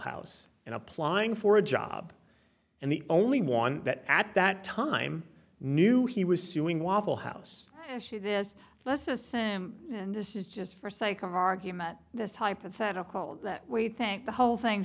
house and applying for a job and the only one that at that time knew he was suing waffle house and this let's assume and this is just for sake of argument this hypothetical that way you think the whole thing